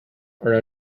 are